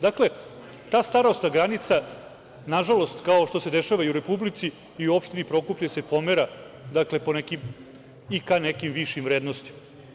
Dakle, ta starosna granica, nažalost kao što se dešava i u Republici, i u opštini Prokuplje se pomera i ka nekim višim vrednostima.